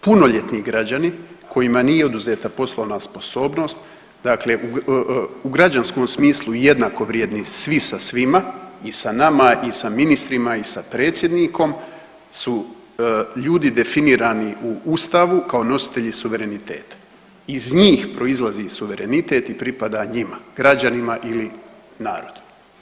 Punoljetni građani kojima nije oduzeta poslovna sposobnost dakle u građanskom smislu jednakovrijedni svi sa svima i sa nama i sa ministrima i sa predsjednikom su ljudi definirani u ustavu kao nositelji suvereniteta, iz njih proizlazi suverenitet i pripada njima, građanima ili narodu.